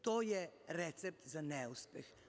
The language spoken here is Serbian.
To je recept za neuspeh.